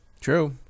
true